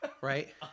Right